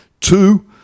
two